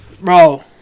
Bro